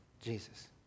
Jesus